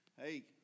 Hey